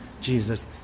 Jesus